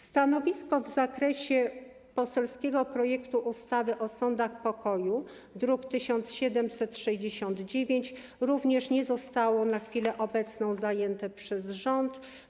Stanowisko w zakresie poselskiego projektu ustawy o sądach pokoju, druk nr 1763, również nie zostało na chwilę obecną zajęte przez rząd.